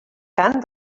cant